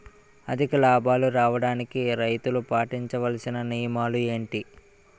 అధిక లాభాలు రావడానికి రైతులు పాటించవలిసిన నియమాలు ఏంటి